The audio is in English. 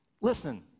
Listen